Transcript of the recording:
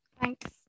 Thanks